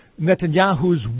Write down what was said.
Netanyahu's